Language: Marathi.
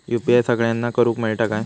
यू.पी.आय सगळ्यांना करुक मेलता काय?